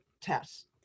tests